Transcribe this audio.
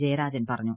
ജയരാജൻ പറഞ്ഞു